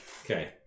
Okay